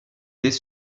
dès